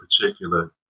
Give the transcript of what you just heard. particular